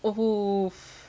oh !oof!